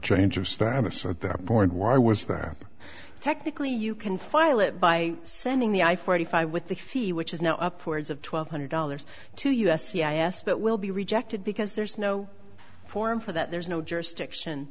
change of status at that point why was there technically you can file it by sending the i forty five with the fee which is now upwards of twelve hundred dollars to us c i s but will be rejected because there's no form for that there's no jurisdiction